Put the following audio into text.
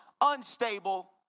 unstable